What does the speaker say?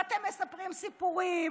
ואתם מספרים סיפורים,